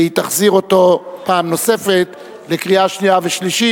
בהתאם לסמכותה על-פי הוראות סעיף 124 לתקנון הכנסת,